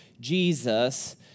Jesus